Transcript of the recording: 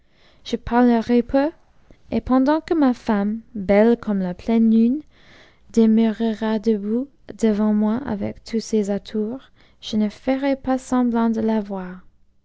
je parlerai peu et pendant que ma femme beue comme la pleine lune demeurera debout devant moi avec tous ses atours je ne ferai pas semblant de